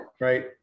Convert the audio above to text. right